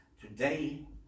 Today